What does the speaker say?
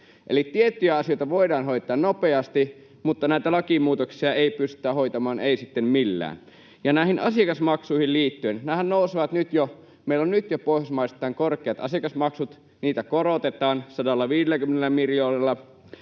tiettyjä asioita voidaan hoitaa nopeasti, mutta näitä lakimuutoksia ei pystytä hoitamaan, ei sitten millään. Näihin asiakasmaksuihin liittyen, jotka nousevat — vaikka meillä on jo nyt pohjoismaisittain korkeat asiakasmaksut, niitä korotetaan 150 miljoonalla